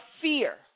fear